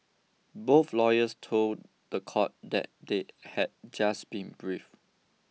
both lawyers told the court that they had just been briefed